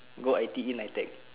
go I_T_E N_I_T_E_C